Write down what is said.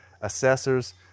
assessors